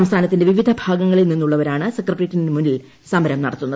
സംസ്ഥാനത്തിന്റെ വിവിധ ഭാഗങ്ങളിൽ ന്നിന്നുള്ളവരാണ് സെക്രട്ടേറിയറ്റിന് മുന്നിൽ സമരം നടത്തുന്നത്